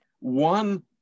One